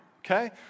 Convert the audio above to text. Okay